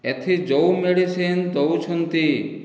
ଏଠି ଯେଉଁ ମେଡ଼ିସିନ ଦେଉଛନ୍ତି